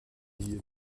hier